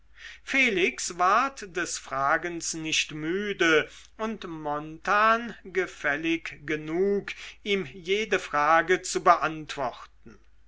felix ward des fragens nicht müde und jarno gefällig genug ihm jede frage zu beantworten